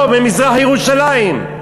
פה, במזרח-ירושלים.